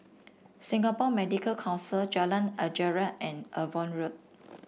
Singapore Medical Council Jalan Anggerek and Avon Road